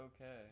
okay